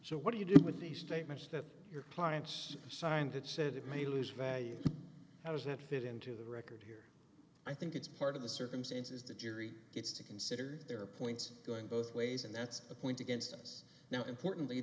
so what do you do with the statements that your clients signed that said it may lose value how does that fit into the record here i think it's part of the circumstances the jury gets to consider their points going both ways and that's a point against us now importantly